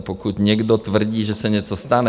Pokud někdo tvrdí, že se něco stane...